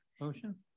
motion